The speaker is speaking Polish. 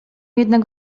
jednak